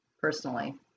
personally